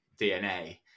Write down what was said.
dna